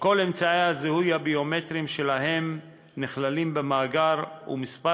שכל אמצעי הזיהוי הביומטריים שלהם נכללים במאגר ומספר